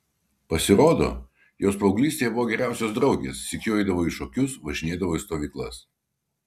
pasirodo jos paauglystėje buvo geriausios draugės sykiu eidavo į šokius važinėdavo į stovyklas